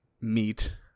meet